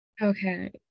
okay